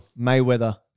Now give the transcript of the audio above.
Mayweather